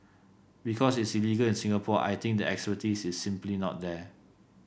because it's illegal in Singapore I think the expertise is simply not there